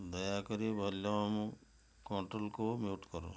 ଦୟାକରି ଭଲ୍ୟୁମ୍ କଣ୍ଟ୍ରୋଲ୍କୁ ମ୍ୟୁଟ୍ କର